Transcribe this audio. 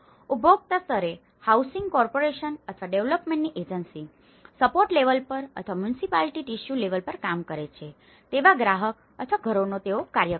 ઉપભોક્તા સ્તરે housing corporation અથવા ડેવલપમેન્ટ એજન્સી સપોર્ટ લેવલ પર અથવા મ્યુનિસિપાલિટી ટિશ્યુ લેવલ પર કામ કરે છે તેવા ગ્રાહક અથવા ઘરોનો તેઓ કાર્ય કરે છે